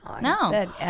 No